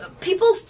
people